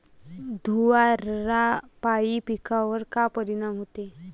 धुवारापाई पिकावर का परीनाम होते?